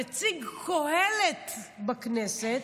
נציג קהלת בכנסת,